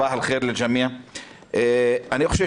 אני חושב